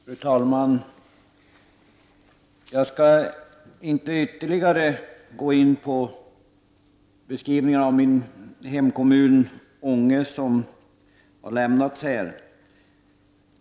Fru talman! Jag skall inte ytterligare gå in på den beskrivning av min hemkommun, Ånge, som har lämnats här.